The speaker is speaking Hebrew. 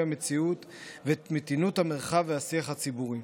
המציאות ואת מתינות המרחב והשיח הציבורי".